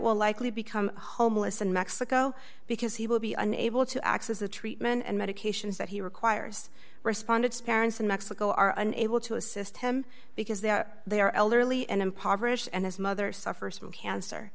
will likely become homeless in mexico because he will be unable to access the treatment and medications that he requires respondents parents in mexico are unable to assist him because they are they are elderly and impoverished and his mother suffers from cancer